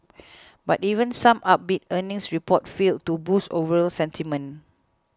but even some upbeat earnings reports failed to boost overall sentiment